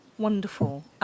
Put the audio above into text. Wonderful